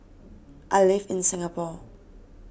I live in Singapore